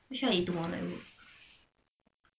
make sure you tomorrow at work